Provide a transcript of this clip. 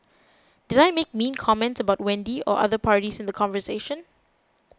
did I make mean comments about Wendy or other parties in the conversation